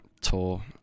Tour